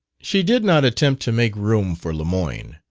she did not attempt to make room for lemoyne.